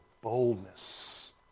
boldness